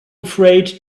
afraid